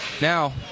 now